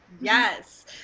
Yes